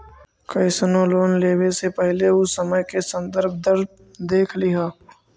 कइसनो लोन लेवे से पहिले उ समय के संदर्भ दर देख लिहऽ